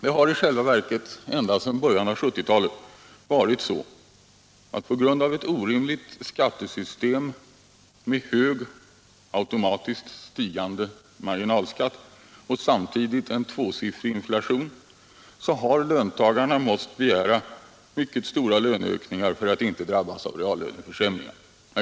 Det har ju ända sedan början av 1970-talet varit så, att på grund av ett orimligt skattesystem med hög, automatiskt stigande marginalskatt och samtidigt en tvåsiffrig inflation har löntagarna måst begära mycket stora löneök ningar för att inte drabbas av reallöneförsämringar.